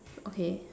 okay